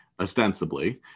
ostensibly